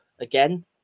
again